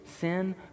sin